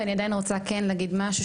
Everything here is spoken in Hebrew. ואני עדיין רוצה כן להגיד משהו,